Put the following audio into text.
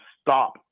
stop